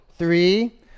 Three